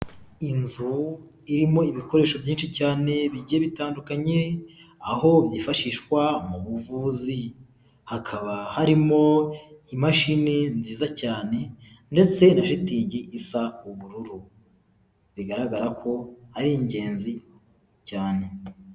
Inzu irimo ibikoresho byinshi cyane bigiye bitandukanye aho byifashishwa mu buvuzi, hakaba harimo imashini nziza cyane ndetse na shitingi isa ubururu, bigaragara ko ari ingenzi cyane.